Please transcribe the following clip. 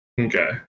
Okay